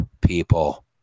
people